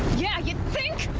yeah, you think?